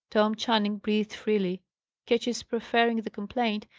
tom channing breathed freely ketch's preferring the complaint,